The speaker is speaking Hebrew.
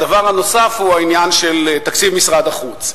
הדבר הנוסף הוא העניין של תקציב משרד החוץ.